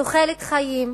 תוחלת חיים,